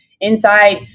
inside